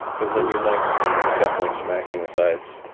because then your legs would be definitely smacking the sides.